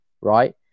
Right